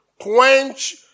quench